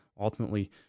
ultimately